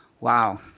Wow